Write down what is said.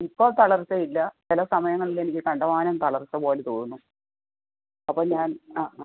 ഇപ്പോൾ തളർച്ച ഇല്ല ചില സമയങ്ങളിൽ എനിക്ക് കണ്ടമാനം തളർച്ച പോലെ തോന്നും അപ്പോൾ ഞാൻ ആ ആ